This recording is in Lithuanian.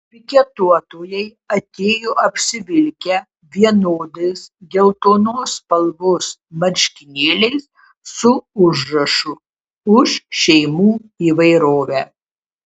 piketuotojai atėjo apsivilkę vienodais geltonos spalvos marškinėliais su užrašu už šeimų įvairovę